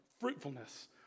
fruitfulness